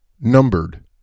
numbered